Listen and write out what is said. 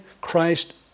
Christ